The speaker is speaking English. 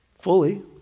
fully